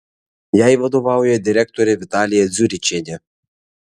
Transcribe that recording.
jai vadovauja direktorė vitalija dziuričienė